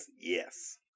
Yes